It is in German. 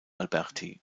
alberti